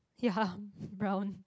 yeah brown